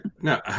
No